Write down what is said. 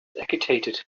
agitated